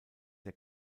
der